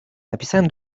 napisałem